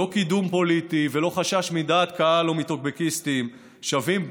לא קידום פוליטי ולא חשש מדעת קהל או מטוקבקיסטים שווים פגיעה,